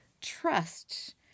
trust